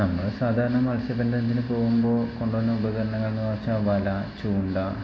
നമ്മൾ സാധാരണ മത്സ്യബന്ധത്തിന് പോകുമ്പോൾ കൊണ്ടു പോവുന്ന ഉപകരണങ്ങളെന്നു വച്ചാൽ വല ചൂണ്ട